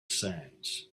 sands